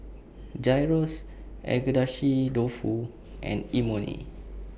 Gyros Agedashi Dofu and Imoni